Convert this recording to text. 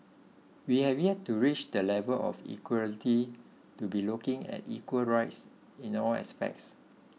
we have yet to reach the level of equality to be looking at equal rights in all aspects